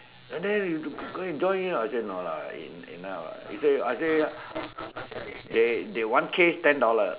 and then you go and join I say no lah enough lah he say I say they they one case ten dollar